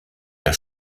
der